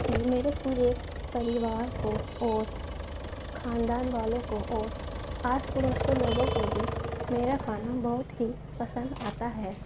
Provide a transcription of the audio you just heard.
کہ میرے پورے پریوار کو اور کھاندان والوں کو اور آس پڑوس کے لوگوں کو بھی میرا کھانا بہت ہی پسند آتا ہے